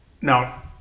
Now